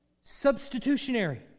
substitutionary